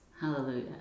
Hallelujah